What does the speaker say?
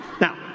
Now